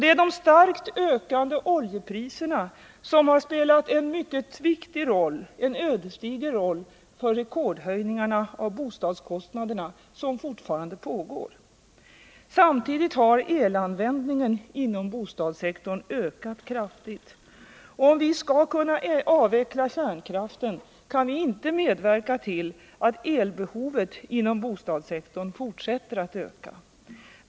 Det är de starkt ökande oljepriserna som har spelat en ödesdiger roll för den rekordhöjning av bostadskostnaderna som fortfarande pågår. Samtidigt har elanvändningen inom bostadssektorn ökat kraftigt. Om vi skall kunna avveckla kärnkraften, kan vi inte medverka till att elbehovet inom bostadssektorn fortsätter att öka.